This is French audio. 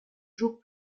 jours